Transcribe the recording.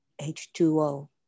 H2O